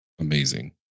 amazing